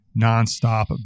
nonstop